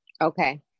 Okay